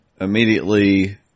immediately